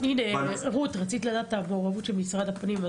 אז יש מעורבות של משרד הפנים.